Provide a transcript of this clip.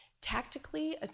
tactically